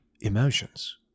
emotions